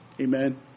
Amen